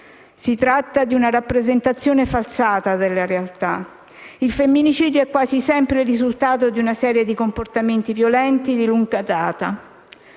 Si tratta di una rappresentazione falsata della realtà. Il femminicidio è quasi sempre l'estremo risultato di una serie di comportamenti violenti di lunga data.